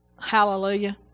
Hallelujah